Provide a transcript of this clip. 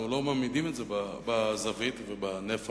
אנחנו לא מעמידים את זה בזווית ובנפח